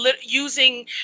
using